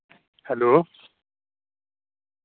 hello